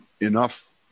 enough